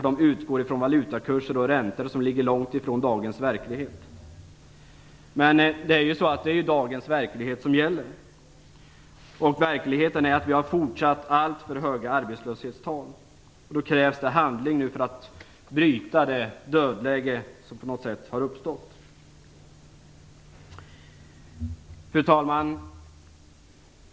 De utgår från valutakurser och räntor som ligger långt ifrån dagens verklighet. Men det är dagens verklighet som gäller. Verkligheten är att vi fortsatt har alltför höga arbetslöshetstal. Det krävs nu handling för att bryta det dödläge som har uppstått. Fru talman!